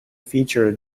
feature